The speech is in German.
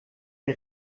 der